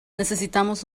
necesitamos